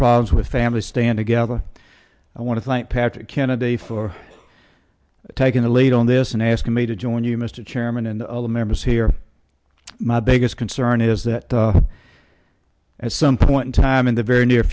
problems with families stand together i want to fight patrick kennedy for taking the lead on this and asking me to join you mr chairman and all the members here my biggest concern is that at some point in time in the very near